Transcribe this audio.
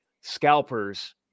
scalpers